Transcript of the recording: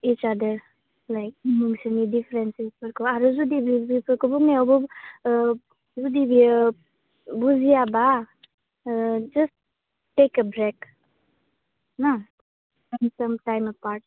नोंसोरनि डिपान्सेसफोरखौ आरो जुदि बेफोरखौ बुंनायावबो जुदि बियो बुजियाबा ना